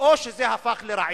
או שזה הפך לרעיל.